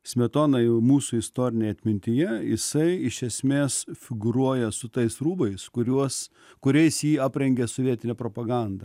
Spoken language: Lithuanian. smetona jau mūsų istorinėje atmintyje jisai iš esmės figūruoja su tais rūbais kuriuos kuriais jį aprengė sovietine propaganda